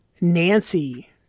Nancy